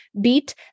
beat